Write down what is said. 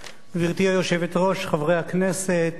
גברתי היושבת-ראש, חברי הכנסת,